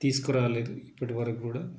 తీసుకురాలేదు ఇప్పటి వరకు కూడా